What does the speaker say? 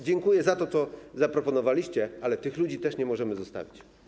Dziękuję za to, co zaproponowaliście, ale tych ludzi też nie możemy zostawić.